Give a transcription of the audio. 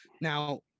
Now